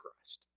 Christ